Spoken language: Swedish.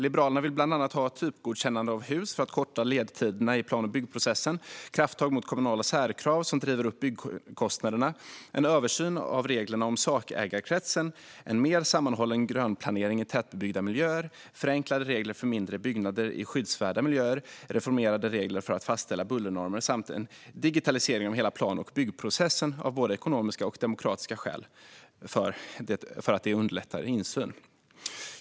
Liberalerna vill bland annat ha typgodkännande av hus för att korta ledtiderna i plan och byggprocessen, krafttag mot kommunala särkrav som driver upp byggkostnaderna, en översyn av reglerna om sakägarkretsen, en mer sammanhållen grönplanering i tätbebyggda miljöer, förenklade regler för mindre byggnader i skyddsvärda miljöer, reformerade regler för att fastställa bullernormer samt en digitalisering av hela plan och byggprocessen, både av ekonomiska och demokratiska skäl och för att det underlättar insyn.